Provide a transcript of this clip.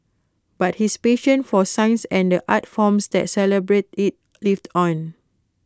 but his passion for science and the art forms that celebrate IT lived on